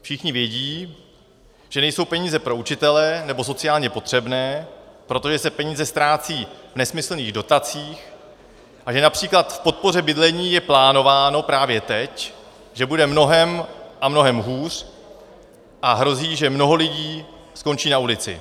Všichni vědí, že nejsou peníze pro učitele nebo sociálně potřebné, protože se peníze ztrácejí v nesmyslných dotacích, a že např. v podpoře bydlení je plánováno právě teď, že bude mnohem a mnohem hůř a hrozí, že mnoho lidí skončí na ulici.